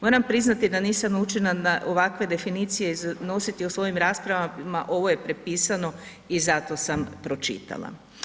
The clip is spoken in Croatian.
Moram priznati da nisam naučena na ovakve definicije iznositi u svojim raspravama, ovo je prepisano i zato sam pročitala.